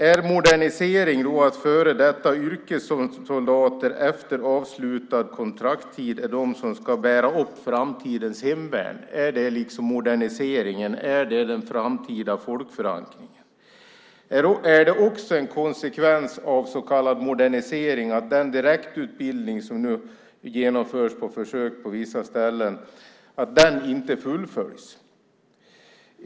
Är det modernisering att före detta yrkessoldater efter avslutad kontraktstid ska vara de som bär upp framtidens hemvärn? Är det moderniseringen? Är det den framtida folkförankringen? Jag undrar också om det är en konsekvens av så kallad modernisering att den direktutbildning som nu genomförs på försök på vissa ställen inte fullföljs.